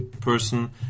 person